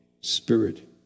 Spirit